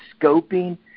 scoping